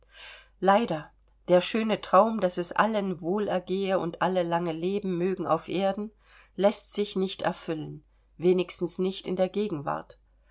leider der schöne traum daß es allen wohlergehe und alle lange leben mögen auf erden läßt sich nicht erfüllen wenigstens nicht in der gegenwart